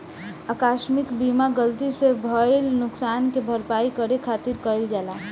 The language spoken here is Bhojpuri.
आकस्मिक बीमा गलती से भईल नुकशान के भरपाई करे खातिर कईल जाला